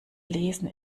lesen